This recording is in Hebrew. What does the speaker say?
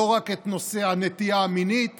לא רק את נושא הנטייה המינית